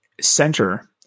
center